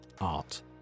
art